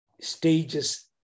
stages